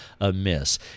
amiss